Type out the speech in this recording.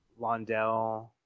Londell